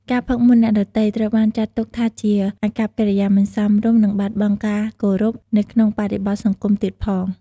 ការផឹកមុនអ្នកដទៃ ត្រូវបានចាត់ទុកថាជាអាកប្បកិរិយាមិនសមរម្យ និងបាត់បង់ការគោរពនៅក្នុងបរិបទសង្គមទៀតផង។